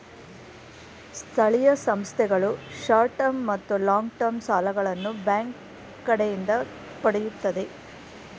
ಸ್ಥಳೀಯ ಸಂಸ್ಥೆಗಳು short term ಮತ್ತು ಲಾಂಗ್ ಟರ್ಮ್ ಸಾಲಗಳನ್ನು ಬ್ಯಾಂಕ್ ಕಡೆಯಿಂದ ಪಡೆಯುತ್ತದೆ